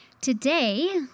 Today